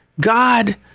God